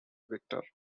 victor